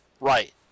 Right